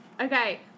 Okay